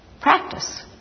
practice